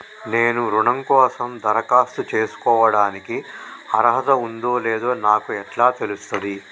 నేను రుణం కోసం దరఖాస్తు చేసుకోవడానికి అర్హత ఉందో లేదో నాకు ఎట్లా తెలుస్తది?